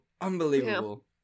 Unbelievable